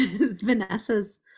Vanessa's